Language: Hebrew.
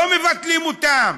לא מבטלים אותן.